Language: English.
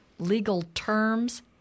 legalterms